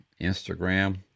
instagram